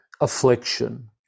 affliction